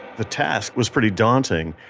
the task was pretty daunting.